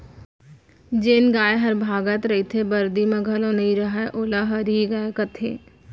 जेन गाय हर भागत रइथे, बरदी म घलौ नइ रहय वोला हरही गाय कथें